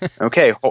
okay